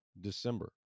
December